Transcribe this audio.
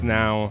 now